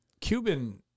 Cuban